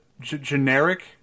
generic